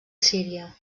síria